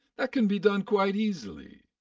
that can be done quite easily.